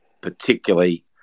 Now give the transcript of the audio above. particularly